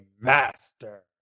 Master